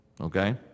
Okay